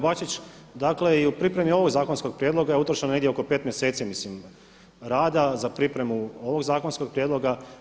Hvala kolega Bačić, dakle i u pripremi ovog zakonskog prijedloga je utrošeno negdje oko 5 mjeseci mislim rada za pripremu ovog zakonskog prijedloga.